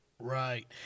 Right